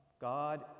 God